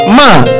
man